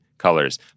Colors